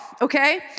Okay